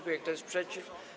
Kto jest przeciw?